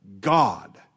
God